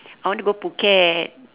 I want to go phuket